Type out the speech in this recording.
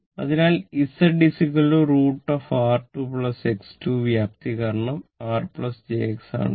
അതിനാൽ Z √ R2 X2 വ്യാപ്തി കാരണം അത് R jX ആണ്